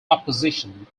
opposition